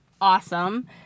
awesome